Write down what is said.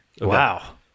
Wow